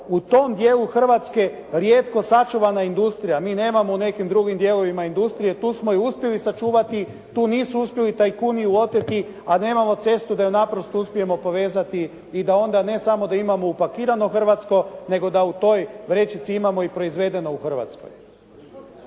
u tom dijelu Hrvatske rijetko sačuvana industrija. Mi nemamo u nekim drugim dijelovima industriju. Tu smo ju uspjeli sačuvati, tu nisu uspjeli tajkuni ju oteti, a nemamo cestu da je naprosto uspijemo povezati i da onda, ne samo da imamo upakirano hrvatsko, nego da u toj vrećici imamo i proizvedeno u Hrvatskoj.